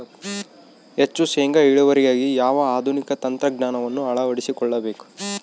ಹೆಚ್ಚು ಶೇಂಗಾ ಇಳುವರಿಗಾಗಿ ಯಾವ ಆಧುನಿಕ ತಂತ್ರಜ್ಞಾನವನ್ನು ಅಳವಡಿಸಿಕೊಳ್ಳಬೇಕು?